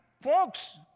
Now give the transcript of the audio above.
folks